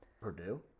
Purdue